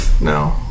No